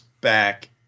back